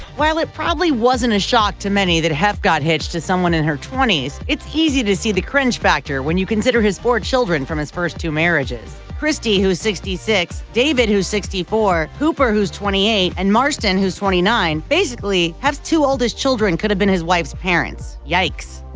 while it probably wasn't a shock to many that hef got hitched to someone in her twenties, it's easy to see the cringe factor when you consider his four children from his first two marriages christie, who's sixty six, david, who's sixty four, cooper, who's twenty eight, and marston, who's twenty nine. basically hef's two oldest children could have been his wife's parents. yikes.